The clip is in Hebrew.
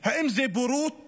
אם זו בורות